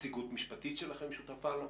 נציגות משפטית שלכם שותפה לו?